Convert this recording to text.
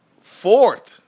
fourth